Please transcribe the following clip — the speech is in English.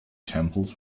temples